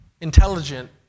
intelligent